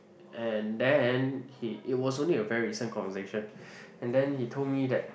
and then he it was only a very recent conversation and then he told me that